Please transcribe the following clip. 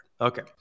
Okay